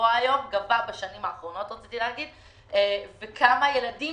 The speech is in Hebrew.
האחרונות וכמה ילדים